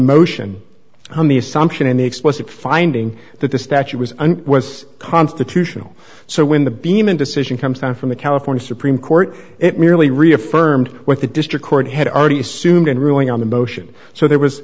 motion on the assumption and the explicit finding that the statute was and was constitutional so when the beeman decision comes down from the california supreme court it merely reaffirmed what the district court had already assumed and ruling on the motion so there was